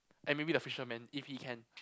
and maybe the fisherman if he can